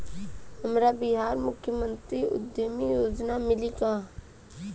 हमरा बिहार मुख्यमंत्री उद्यमी योजना मिली का?